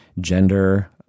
gender